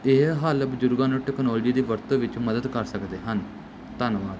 ਅਤੇ ਇਹ ਹੱਲ ਬਜ਼ੁਰਗਾਂ ਨੂੰ ਟੈਕਨੋਲੋਜੀ ਦੀ ਵਰਤੋਂ ਵਿੱਚ ਮਦਦ ਕਰ ਸਕਦੇ ਹਨ ਧੰਨਵਾਦ